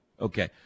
Okay